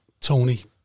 Tony